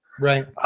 right